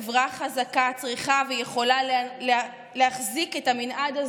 חברה חזקה צריכה ויכולה להחזיק את המנעד הזה,